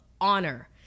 honor